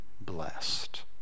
blessed